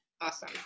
Awesome